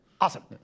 Awesome